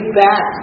back